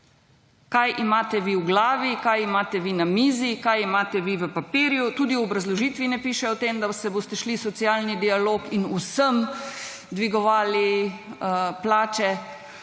Kaj imate vi v glavi, kaj imate vi na mizi, kaj imate vi v papirju, tudi v obrazložitvi ne piše o tem, da se boste šli socialni dialog in vsem dvigovali plače.